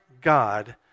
God